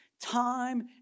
time